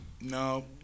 no